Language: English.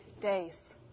days